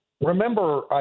remember